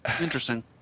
Interesting